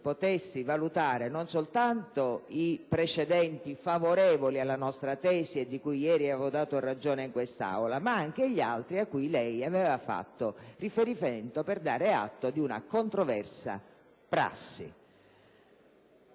potessi valutare non soltanto i precedenti favorevoli alla nostra tesi, e di cui ieri avevo dato ragione in questa Aula, ma anche gli altri a cui lei aveva fatto riferimento per dare atto di una controversa prassi.